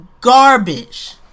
garbage